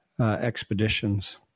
expeditions